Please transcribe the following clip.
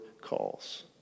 calls